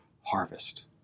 harvest